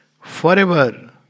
forever